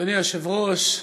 אדוני היושב-ראש,